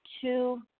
two